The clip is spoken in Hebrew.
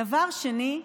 דבר שני,